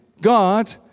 God